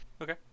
Okay